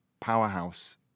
powerhouse